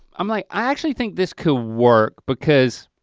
um like i actually think this could work because